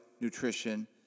nutrition